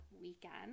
weekend